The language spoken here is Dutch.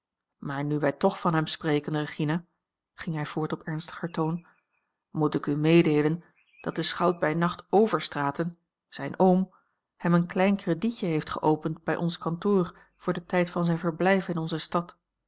maar nu wij toch van hem spreken regina ging hij voort op ernstiger toon moet ik uw meedeelen dat de schout bij nacht overstraten zijn oom hem een klein kredietje heeft geopend bij ons kantoor voor den tijd van zijn verblijf in onze stad